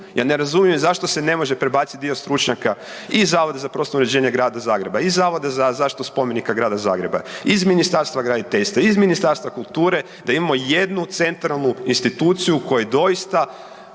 Ja ne razumijem zašto se ne može prebacit dio stručnjaka i Zavodu za prostorno uređenje Grada Zagreba i Zavoda za zaštitu spomenika Grada Zagreba, iz Ministarstva graditeljstva, iz Ministarstva kulture, da imamo jednu centralnu instituciju koja doista